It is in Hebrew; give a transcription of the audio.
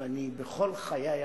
ואני בכל חיי הציבוריים,